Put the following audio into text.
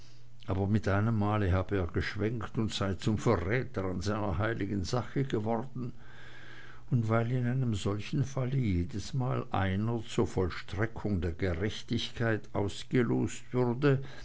aber mit einem male hab er geschwenkt und sei zum verräter an seiner heiligen sache geworden und weil in solchem falle jedesmal einer zur vollstreckung der gerechtigkeit ausgelost würde